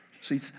See